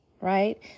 right